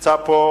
נמצא פה